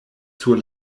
sur